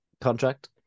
contract